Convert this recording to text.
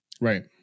Right